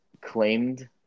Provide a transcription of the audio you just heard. claimed